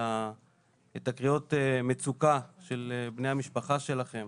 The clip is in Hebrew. את הקריאות מצוקה של בני המשפחה שלכם.